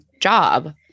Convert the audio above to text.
job